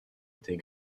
était